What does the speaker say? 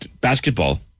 Basketball